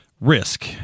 risk